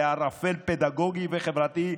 בערפל פדגוגי וחברתי,